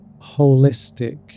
holistic